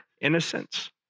innocence